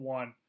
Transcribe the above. one